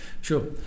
Sure